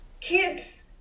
kids